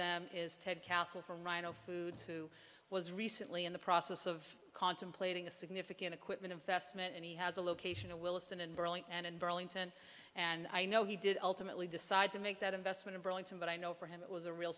them is head council from rhino foods who was recently in the process of contemplating a significant equipment investment and he has a location of williston and burley and in burlington and i know he did ultimately decide to make that investment in burlington but i know for him it was a real